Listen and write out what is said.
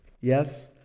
yes